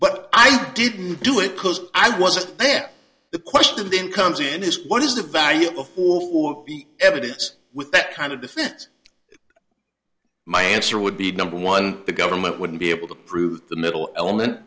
but i didn't do it because i wasn't there the question then comes in is what is the value of all the evidence with that kind of defense my answer would be number one the government wouldn't be able to prove the middle element